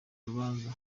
urubanza